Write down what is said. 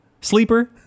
Sleeper